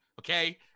okay